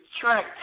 Track